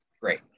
great